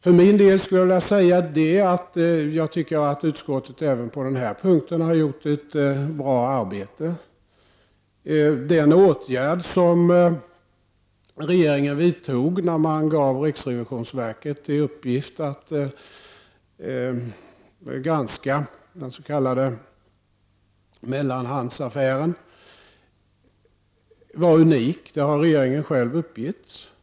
För min del tycker jag att utskottet även på denna punkt har gjort ett bra arbete. Den åtgärd som regeringen vidtog när man gav riksrevisionsverket i uppgift att granska den s.k. mellanhandsaffären var unik, vilket regeringen själv har uppgivit.